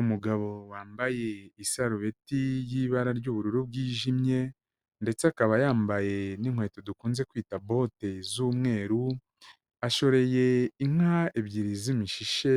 Umugabo wambaye isarubeti y'ibara ry'ubururu bwijimye ndetse akaba yambaye n'inkweto dukunze kwita bote z'umweru, ashoreye inka ebyiri z'imishishe